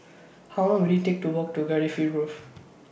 How Long Will IT Take to Walk to Cardifi Grove